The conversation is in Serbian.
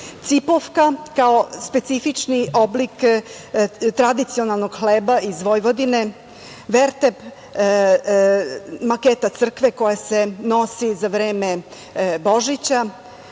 „cipovka“, kao specifični oblik tradicionalnog hleba iz Vojvodine, „vertep“, maketa crkve koja se nosi za vreme Božića,